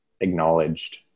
acknowledged